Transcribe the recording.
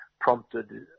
prompted